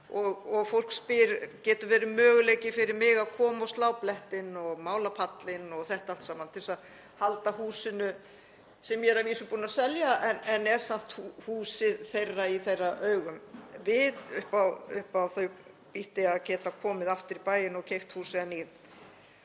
Fólk spyr: Getum verið möguleiki fyrir mig að koma og slá blettinn og mála pallinn og þetta allt saman til að halda húsinu, sem ég er að vísu búinn að selja? En þetta er samt húsið þeirra í þeirra augum. Það væri upp á þau býtti að geta komið aftur í bæinn og keypt húsið að